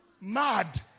mad